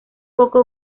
poco